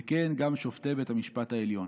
וכן, גם שופטי בית המשפט העליון.